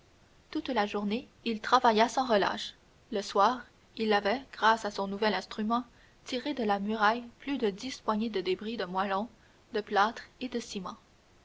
toute la journée il travailla sans relâche le soir il avait grâce à son nouvel instrument tiré de la muraille plus de dix poignées de débris de moellons de plâtre et de ciment